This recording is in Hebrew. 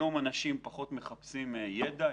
כיום אנשים פחות מחפשים ידע,